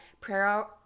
prayer